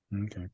Okay